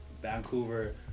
Vancouver